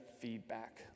feedback